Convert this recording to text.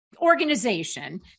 organization